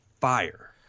fire